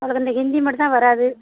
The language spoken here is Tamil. அவளுக்கு அந்த ஹிந்தி மட்டும் தான் வராது